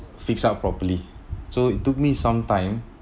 fix up properly so it took me some time